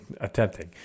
Attempting